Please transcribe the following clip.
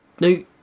No